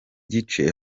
gice